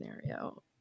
scenario